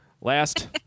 Last